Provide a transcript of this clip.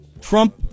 Trump